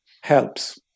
helps